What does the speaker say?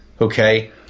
Okay